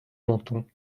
menton